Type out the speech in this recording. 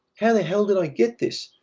how the hell did i get this?